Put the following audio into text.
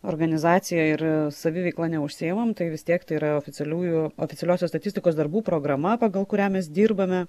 organizacija ir saviveikla neužsiimam tai vis tiek tai yra oficialiųjų oficialiosios statistikos darbų programa pagal kurią mes dirbame